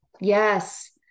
yes